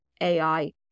AI